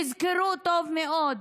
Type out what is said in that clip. תזכרו טוב מאוד: